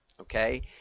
okay